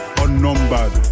unnumbered